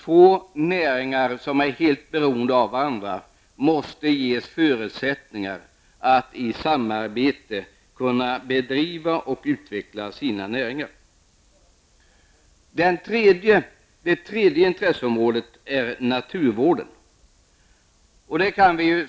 Två näringar som är helt beroende av varandra måste ges förutsättningar att i samarbete kunna bedriva och utveckla sina näringar. Den tredje intressenten är naturvården.